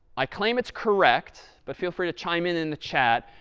i claim it's correct, but feel free to chime in in the chat.